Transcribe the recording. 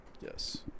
Yes